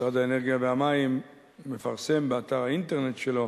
משרד האנרגיה והמים מפרסם באתר האינטרנט שלו